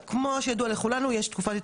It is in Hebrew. לנו זה ידוע,